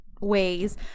ways